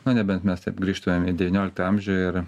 na nebent mes taip grįžtumėm į devynioliktą amžių ir